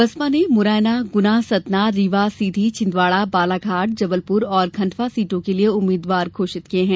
बसपा ने मुरैना गुना सतना रीवा सीधी छिंदवाड़ा बालाघाट जबलपुर और खंडवा सीटों के लिये उम्मीदवार घोषित किये है